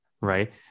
Right